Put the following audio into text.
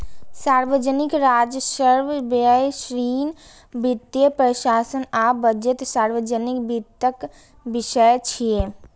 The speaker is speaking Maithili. सार्वजनिक राजस्व, व्यय, ऋण, वित्तीय प्रशासन आ बजट सार्वजनिक वित्तक विषय छियै